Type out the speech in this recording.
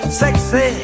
sexy